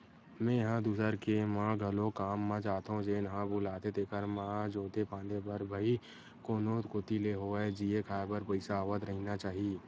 मेंहा दूसर के म घलोक काम म जाथो जेन ह बुलाथे तेखर म जोते फांदे बर भई कोनो कोती ले होवय जीए खांए बर पइसा आवत रहिना चाही